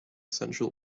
sensual